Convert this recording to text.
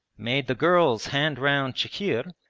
made the girls hand round chikhir,